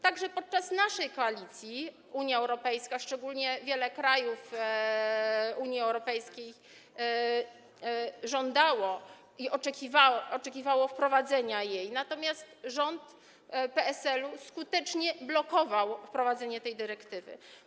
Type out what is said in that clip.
Także podczas naszej koalicji Unia Europejska, szczególnie wiele krajów Unii Europejskiej, żądała i oczekiwała wprowadzenia jej, natomiast rząd PSL-u skutecznie blokował wprowadzenie tej dyrektywy.